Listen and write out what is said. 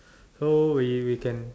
so we we can